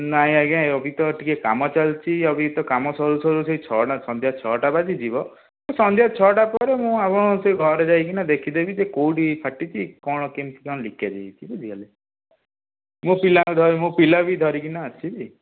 ନାହିଁ ଆଜ୍ଞା ଅବିତ ଟିକେ କାମ ଚାଲିଚି ଅବିତ କାମ ସରୁ ସରୁ ସେଇ ଛଅଟା ସନ୍ଧ୍ୟା ଛଅଟା ବାଜିଯିବ ମୁଁ ସନ୍ଧ୍ୟା ଛଅଟା ପରେ ମୁଁ ଆପଣଙ୍କ ସେ ଘରେ ଯାଇକିନା ଦେଖିଦେବି ଯେ କେଉଁଠି ଫାଟିଛି କ'ଣ କେମିତି କ'ଣ ଲିକେଜ୍ ହେଇଛି ବୁଝିଗଲେ ମୁଁ ପିଲାଙ୍କୁ ଧରି ମୁଁ ପିଲାବି ଧରିକିନା ଆସିବି